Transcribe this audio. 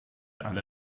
alle